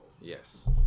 Yes